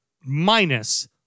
minus